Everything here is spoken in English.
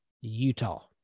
Utah